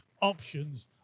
options